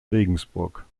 regensburg